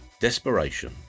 desperation